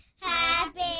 Happy